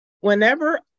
Whenever